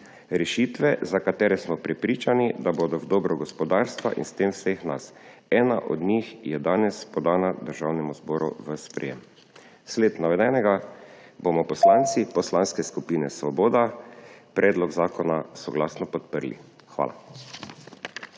Rešitve za katere smo prepričani, da bodo v dobro gospodarstva in s tem vseh nas. Ena od njih je danes podana Državnemu zboru v sprejem. V sled navedenega bomo poslanci / znak za konec razprave/ Poslanske skupine Svoboda predlog zakona soglasno podprli. Hvala.